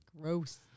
Gross